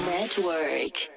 Network